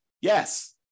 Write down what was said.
Yes